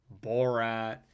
borat